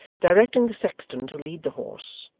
directing the sexton to lead the horse,